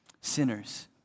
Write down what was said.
sinners